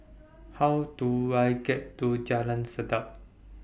How Do I get to Jalan Sedap